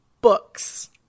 Books